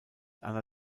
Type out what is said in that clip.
anna